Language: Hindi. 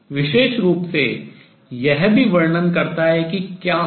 विशेष रूप से यह भी वर्णन करता है कि क्या होगा